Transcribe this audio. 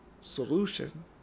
solution